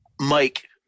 Mike